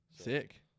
Sick